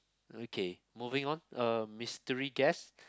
okay moving on uh mystery guest